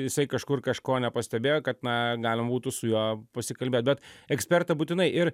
jisai kažkur kažko nepastebėjo kad na galima būtų su juo pasikalbėt bet ekspertą būtinai ir